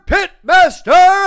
Pitmaster